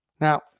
Now